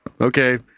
Okay